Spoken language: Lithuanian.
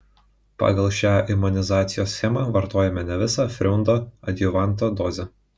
pagal šią imunizacijos schemą vartojome ne visą freundo adjuvanto dozę